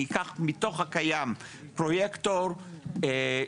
אני אקח מתוך הקיים פרויקטור שיהיה